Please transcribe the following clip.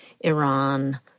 Iran